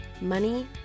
money